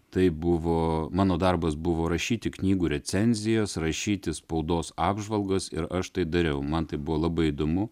tai buvo mano darbas buvo rašyti knygų recenzijas rašyti spaudos apžvalgas ir aš tai dariau man tai buvo labai įdomu